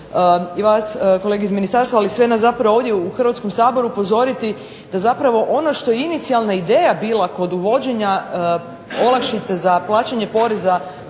i vas kolege iz Ministarstva, ali sve nas ovdje u Hrvatskom saboru upozoriti da ono što je inicijalna ideja bila kod vođenja olakšice za plaćanje poreza